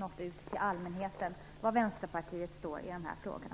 når ut till allmänheten var Vänsterpartiet står i de här frågorna.